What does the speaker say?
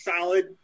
solid